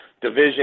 division